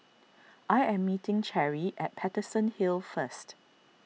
I am meeting Cherry at Paterson Hill first